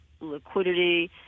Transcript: liquidity